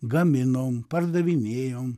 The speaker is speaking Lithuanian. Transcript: gaminom pardavinėjom